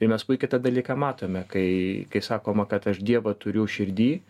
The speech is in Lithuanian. ir mes puikiai tą dalyką matome kai kai sakoma kad aš dievą turiu širdy